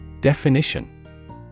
Definition